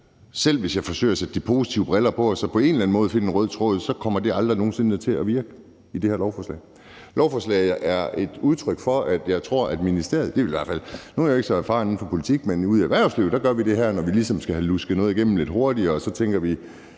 Selv hvis jeg forsøger at tage de positive briller på og på en eller anden måde finde en rød tråd, så kommer det aldrig nogen sinde til at virke i det her lovforslag. Lovforslaget er et udtryk for, tror jeg, hvad ministeriet vil. Nu er jeg ikke så erfaren inden for politik, men ude i erhvervslivet gør vi det sådan, når vi ligesom skal have lusket noget igennem lidt hurtigere, at vi tænker,